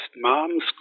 moms